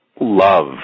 love